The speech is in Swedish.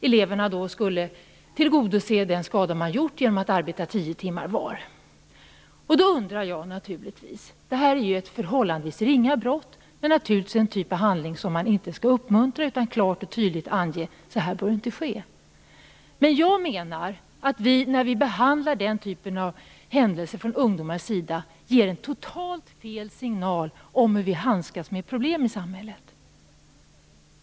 Eleverna skulle tillgodogöra den skada man gjort genom att arbeta tio timmar var. Det här är ett förhållandevis ringa brott men naturligtvis den typ av handling som man inte skall uppmuntra utan klart och tydligt ange att det här inte får ske. Men när vi behandlar den här typen av händelser från ungdomens sida på detta sätt ger vi en totalt fel signal om hur vi handskas med problemen i samhället.